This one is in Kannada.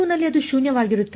ನಲ್ಲಿ ಅದು ಶೂನ್ಯವಾಗಿರುತ್ತದೆ